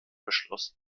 beschluss